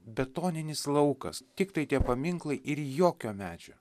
betoninis laukas tiktai tie paminklai ir jokio medžio